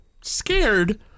scared